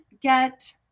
get